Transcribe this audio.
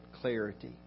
clarity